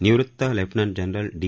निवृत lieutenant general D